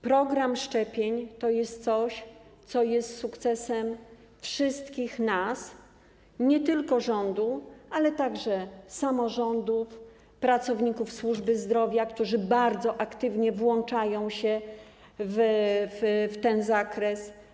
Program szczepień to jest coś, co jest sukcesem wszystkich nas - nie tylko rządu, ale także samorządów, pracowników służby zdrowia, którzy bardzo aktywnie włączają się w ten zakres.